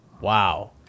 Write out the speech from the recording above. wow